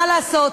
מה לעשות,